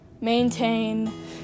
maintain